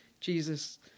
Jesus